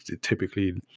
typically